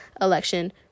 election